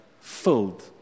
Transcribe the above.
filled